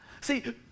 See